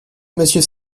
monsieur